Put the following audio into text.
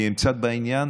כי הם צד בעניין,